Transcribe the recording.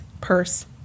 purse